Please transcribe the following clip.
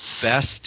Best